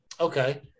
Okay